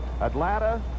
Atlanta